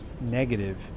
negative